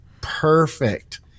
perfect